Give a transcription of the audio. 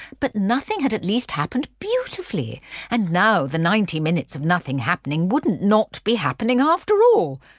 but nothing had at least happened beautifully and now the ninety minutes of nothing happening wouldn't not be happening after all,